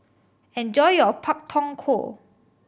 enjoy your Pak Thong Ko